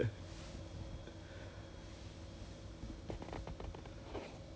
对 lor then like !aiya! everyday I also watching 那个 Modern Family only